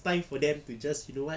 time for them to just you know what